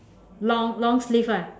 long long sleeve one